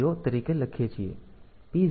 0 તરીકે લખીએ છીએ P0